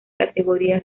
categoría